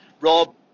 Rob